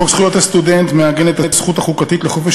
חוק זכויות הסטודנט מעגן את הזכות החוקתית לחופש